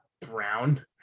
brown